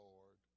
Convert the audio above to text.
Lord